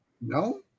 No